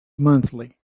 monthly